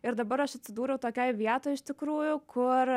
ir dabar aš atsidūriau tokioj vietoj iš tikrųjų kur